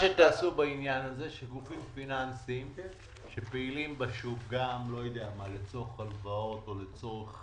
גופים פיננסים שפעילים בשוק לצורך הלוואות או לצורך